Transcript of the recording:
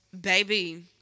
Baby